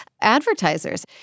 Advertisers